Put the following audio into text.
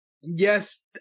Yes